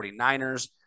49ers